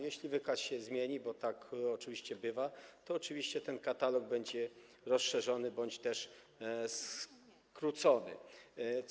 Jeśli wykaz się zmieni, bo tak oczywiście bywa, to oczywiście ten katalog będzie rozszerzony bądź też zawężony.